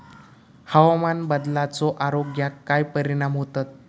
हवामान बदलाचो आरोग्याक काय परिणाम होतत?